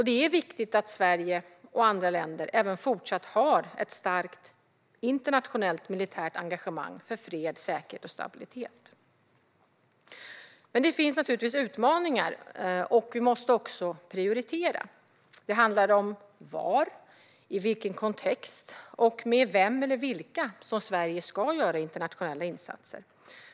Det är viktigt att Sverige och andra länder även i fortsättningen har ett starkt internationellt militärt engagemang för fred, säkerhet och stabilitet. Det finns naturligtvis utmaningar, och vi måste också prioritera. Det handlar om var, i vilken kontext och med vem eller vilka Sverige ska göra internationella insatser.